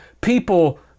people